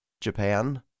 Japan